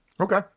okay